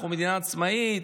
אנחנו מדינה עצמאית.